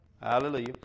Hallelujah